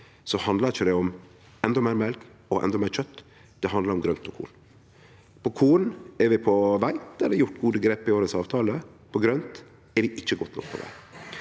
handlar det ikkje om endå meir mjølk og endå meir kjøt. Det handlar om grønt og korn. På korn er vi på veg. Der er det gjort gode grep i årets avtale. På grønt er det ikkje godt nok.